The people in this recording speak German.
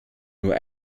nur